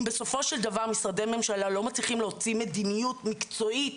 אם בסופו של דבר משרדי ממשלה לא מצליחים להוציא מדיניות מקצועית